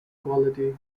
quality